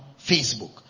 Facebook